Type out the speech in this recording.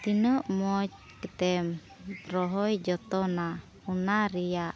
ᱛᱤᱱᱟᱹᱜ ᱢᱚᱡᱽ ᱠᱟᱛᱮᱢ ᱨᱚᱦᱚᱭ ᱡᱚᱛᱚᱱᱟ ᱚᱱᱟ ᱨᱮᱭᱟᱜ